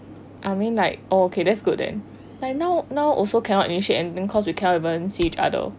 I mean like that oh okay that's good then but now now also cannot initiate anything cause we cannot even see each other